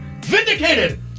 Vindicated